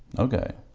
okay